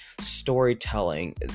storytelling